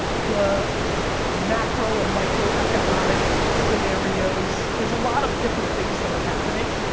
the macro and micro economic scenarios, there's a lot of different things that are happening.